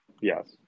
Yes